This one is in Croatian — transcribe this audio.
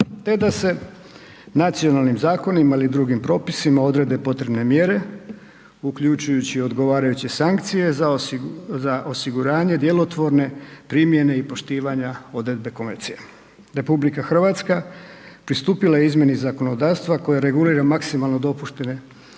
te da se nacionalnim zakonima ili drugim propisima odrede potrebne mjere uključujući odgovarajuće sankcije za osiguranje djelotvorne primjene i poštivanja odredbe konvencije. RH pristupila je izmjeni zakonodavstva koje regulira maksimalno dopuštene